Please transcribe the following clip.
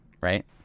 right